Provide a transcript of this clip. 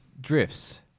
drifts